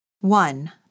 One